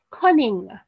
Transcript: cunning